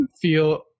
feel